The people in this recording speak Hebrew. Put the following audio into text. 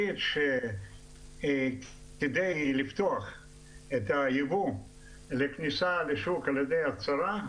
אני מנסה להגיד שכדי לפתוח את הייבוא לכניסה לשוק על ידי הצהרה,